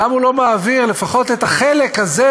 למה הוא לא מעביר לפחות את החלק הזה,